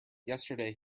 yesterday